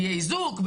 יהיה איזוק,